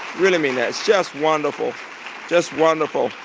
really mean that, just wonderful just wonderful.